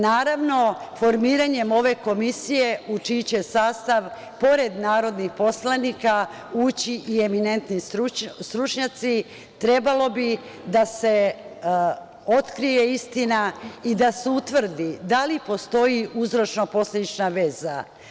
Naravno, formiranjem ove komisije u čiji će sastav pored narodnih poslanika ući i eminentni stručnjaci, trebalo bi da se otkrije istina i da se utvrdi da li postoji uzročno-posledična veza.